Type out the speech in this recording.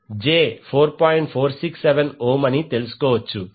467 ohm అని తెలుసుకోవచ్చు